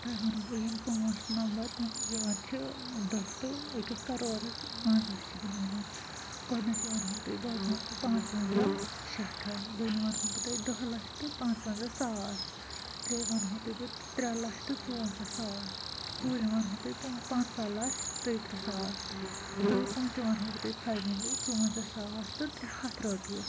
تۄہہِ وَنہو بہٕ یِم پانٛژھ نمبر یِم یِوان چھِ دَہ ٹُو أکِس کرورس منٛزس چھِ تِم یوان گۄڈٕنیٚتھٕے ونہو بہٕ تۄہہِ گۄڈٕنیٛک پانٛژونٛزاہ شیٚتھ دوٚیِم ونہو بہٕ تۄہہِ دَہ لچھ تہٕ پانٛژونٛزاہ ساس ترٛیٚیِم ونٛہو تۄہہِ بہٕ ترٛےٚ لچھ تہٕ ژُونٛزاہ ساس ژوٗرِم ونہو تۄہہِ پنٛژاہ لچھ تیترٛہ ساس تہٕ پٲنٛژِم ونہو بہٕ تۄہہِ فاینٔلی ژُوَنٛزاہ ساس تہٕ ترٛےٚ ہتھ رۄپیہِ